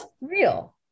real